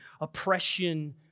Oppression